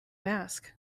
ask